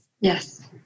Yes